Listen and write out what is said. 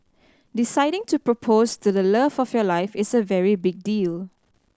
deciding to propose to the love of your life is a very big deal